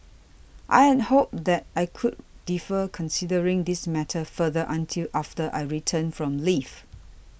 I had hoped that I could defer considering this matter further until after I return from leave